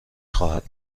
خواهد